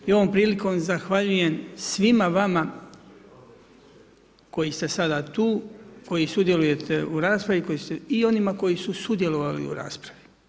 I ovom prilikom zahvaljujem svima vama koji ste sada tu, koji sudjelujete u raspravi i onima koji su sudjelovali u raspravi.